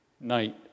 night